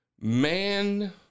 man